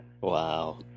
Wow